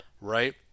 right